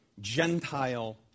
Gentile